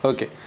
Okay